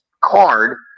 card